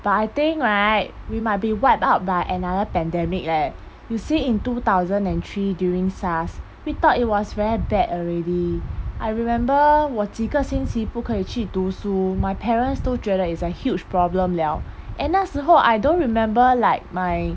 but I think right we might be wiped out by another pandemic leh you see in two thousand and three during SARS we thought it was very bad already I 我几个星期不可以去读书 my parents 都觉得 it's a huge problem liao and 那时候 I don't remember like my